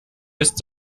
ist